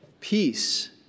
Peace